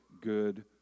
good